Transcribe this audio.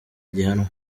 gihanwa